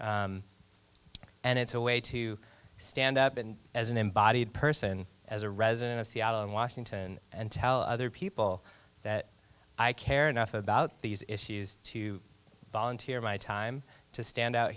and it's a way to stand up and as an embodied person as a resident of seattle in washington and tell other people that i care enough about these issues to volunteer my time to stand out